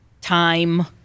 time